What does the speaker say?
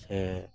ᱥᱮ